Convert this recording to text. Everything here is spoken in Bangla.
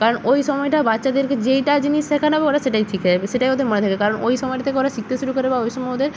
কারণ ওই সময়টা বাচ্চাদেরকে যেটা জিনিস সেখানো হবে ওরা সেটাই শিখে যাবে সেটাই ওদের মনে থাকবে কারণ ওই সময়টা থেকে ওরা শিখতে শুরু করবে বা ওই সময় ওদের